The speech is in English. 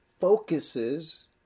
focuses